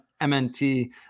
MNT